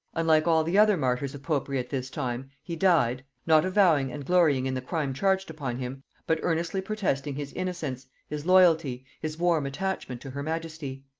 unlike all the other martyrs of popery at this time, he died not avowing and glorying in the crime charged upon him but earnestly protesting his innocence, his loyalty, his warm attachment to her majesty.